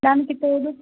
దానికి తోడు